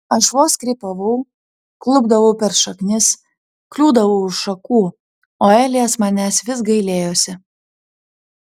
aš vos krypavau klupdavau per šaknis kliūdavau už šakų o elijas manęs vis gailėjosi